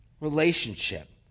relationship